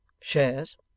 Shares